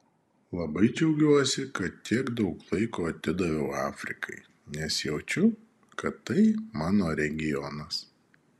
labai džiaugiuosi kad tiek daug laiko atidaviau afrikai nes jaučiu kad tai mano regionas